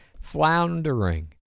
Floundering